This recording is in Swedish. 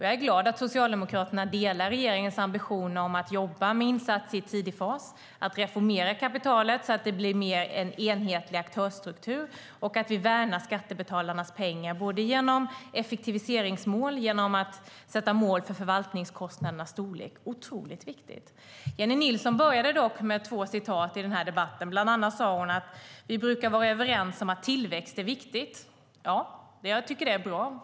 Jag är glad över att Socialdemokraterna delar regeringens ambition om att jobba med insatser i tidig fas, att reformera kapitalet så att det blir en mer enhetlig aktörsstruktur och att värna skattebetalarnas pengar både genom effektiviseringsmål och genom att sätta mål för förvaltningskostnadernas storlek. Det är otroligt viktigt. Jennie Nilsson inledde dock debatten med att bland annat säga att vi brukar vara överens om att tillväxt är viktigt. Det tycker jag är bra.